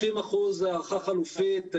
30% זה הערכה חלופית.